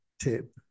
tip